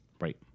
Right